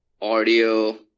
audio